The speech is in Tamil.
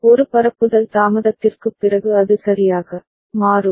ஒரு பரப்புதல் தாமதத்திற்குப் பிறகு அது சரியாக மாறும்